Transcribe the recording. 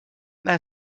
their